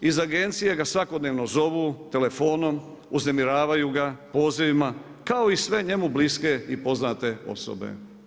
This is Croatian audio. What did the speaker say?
Iz agencije ga svakodnevno zovu, telefonom, uznemiravaju ga, pozivima, kao i sve njemu bliske i poznate osobe.